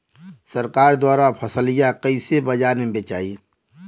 सरकार द्वारा फसलिया कईसे बाजार में बेचाई?